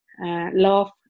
love